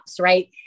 Right